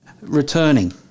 returning